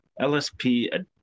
LSP